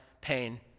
pain